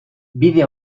bide